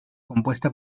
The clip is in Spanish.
compuesta